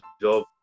job